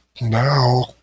Now